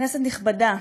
כנסת נכבדה,